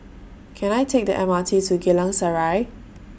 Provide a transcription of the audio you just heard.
Can I Take The M R T to Geylang Serai